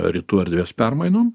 rytų erdvės permainom